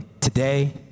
today